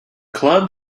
club